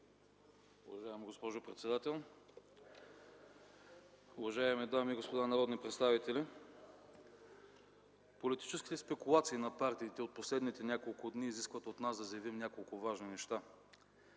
Уважаема госпожо председател, уважаеми дами и господа народни представители! Политическите спекулации на партиите от последните няколко дни изискват от нас да заявим няколко важни неща.